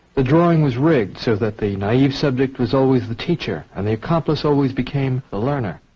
the drawing was rigged so that the naive subject was always the teacher and the accomplice always became the learner.